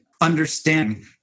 understanding